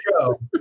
show